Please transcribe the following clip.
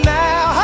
now